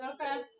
Okay